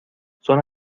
son